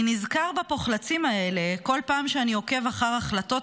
אני נזכר בפוחלצים האלה בכל פעם שאני עוקב אחר החלטות